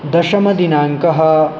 दशमदिनाङ्कः